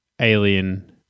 Alien